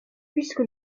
puisque